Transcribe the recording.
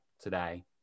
today